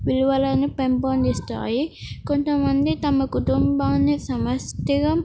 విలువలను పెంపొందిస్తాయి కొంతమంది తమ కుటుంబాన్ని సమిష్ఠిగా